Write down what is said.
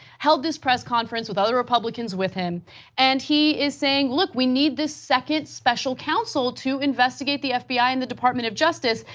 held this press conference with other republicans with him and he is saying look, we need this second special counsel to investigate the fbi and the department of justice.